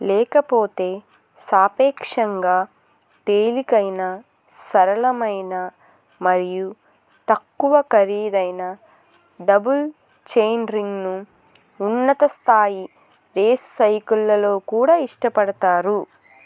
లేకపోతే సాపేక్షంగా తేలికైన సరళమైన మరియు తక్కువ ఖరీదైన డబుల్ చెయిన్ రింగ్ను ఉన్నత స్థాయి రేసు సైకిళ్ళలో కూడా ఇష్టపడతారు